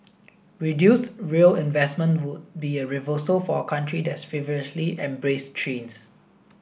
reduced rail investment would be a reversal for a country that's feverishly embraced trains